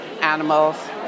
animals